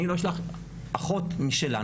אני לא אשלח אחות משלנו,